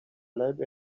lab